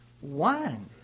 One